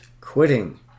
quitting